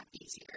easier